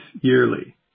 yearly